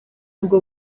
ubwo